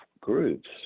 groups